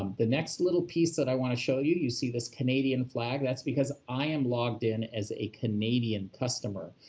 um the next little piece that i want to show you, you see this canadian flag, that's because i am logged in as a canadian customer.